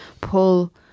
pull